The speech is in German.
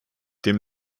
dem